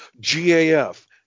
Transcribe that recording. GAF